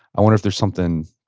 i wonder if there's something,